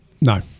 No